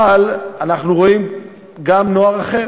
אבל אנחנו רואים גם נוער אחר.